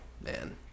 man